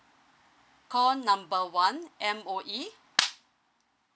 call number one M_O_E